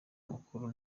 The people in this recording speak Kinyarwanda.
makuru